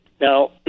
Now